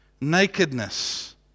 nakedness